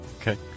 Okay